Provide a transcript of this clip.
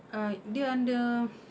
err dia under